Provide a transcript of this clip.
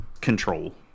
control